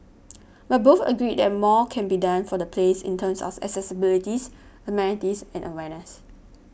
but both agreed that more can be done for the place in terms of accessibility amenities and awareness